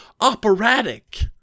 operatic